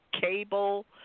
cable